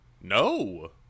No